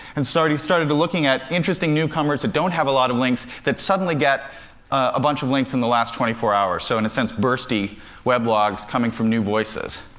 and he started looking at interesting newcomers that don't have a lot of links, that suddenly get a bunch of links in the last twenty four hours. so in a sense, bursty weblogs coming from new voices.